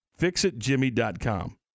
FixItJimmy.com